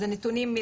אז הנתונים,